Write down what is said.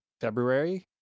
February